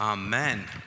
Amen